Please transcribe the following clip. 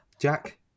Jack